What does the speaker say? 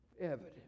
Evidence